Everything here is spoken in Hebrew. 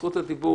זכות הדיבור